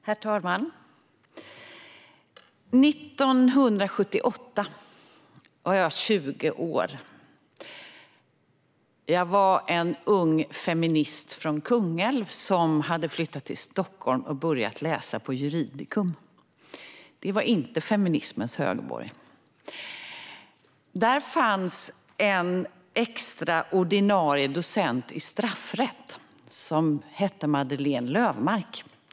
Herr talman! År 1978 var jag 20 år gammal. Jag var en ung feminist från Kungälv som hade flyttat till Stockholm och börjat läsa på Juridicum. Det var inte feminismens högborg. Där fanns en extraordinarie docent i straffrätt som hette Madeleine Löfmarck.